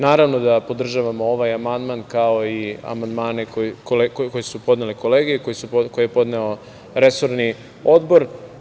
Naravno da podržavamo ovaj amandman, kao i amandmane koje su podnele kolege, koje je podneo resorni odbor.